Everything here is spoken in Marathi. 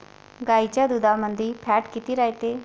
गाईच्या दुधामंदी फॅट किती रायते?